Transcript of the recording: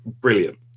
brilliant